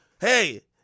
hey